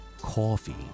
coffee